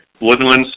Woodlands